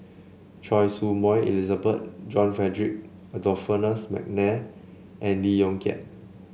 Choy Su Moi Elizabeth John Frederick Adolphus McNair and Lee Yong Kiat